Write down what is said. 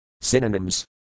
Synonyms